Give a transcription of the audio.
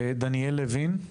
דניאל לוין.